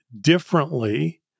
differently